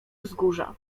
wzgórza